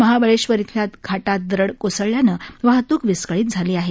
महाबळेश्वर इथल्या घाटात दरड कोसळल्यानं वाहतुक विस्कळीत झाली आहे